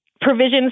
Provisions